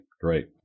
great